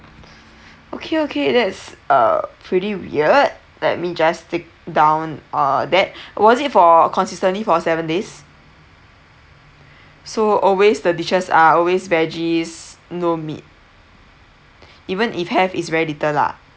okay okay that's uh pretty weird let me just take down uh that was it for consistently for seven days so always the dishes are always veggies no meat even if have is very little lah